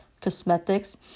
cosmetics